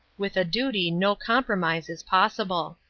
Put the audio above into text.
with a duty no compromise is possible.